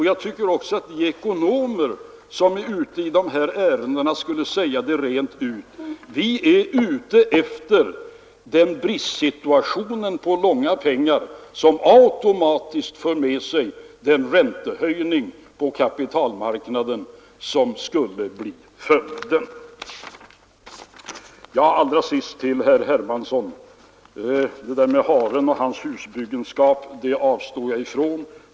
Jag tycker också att de ekonomer som är ute i dessa ärenden skulle säga rent ut: Vi är ute efter den bristsituation på långfristigt kapital som automatiskt för med sig en räntehöjning på kapitalmarknaden. Allra sist vill jag säga till herr Hermansson att jag avstår från att kommentera det han sade om haren och hans husbyggande.